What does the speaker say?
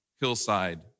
hillside